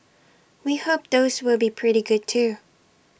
we hope those will be pretty good too